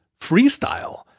freestyle